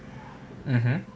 mmhmm